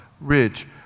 rich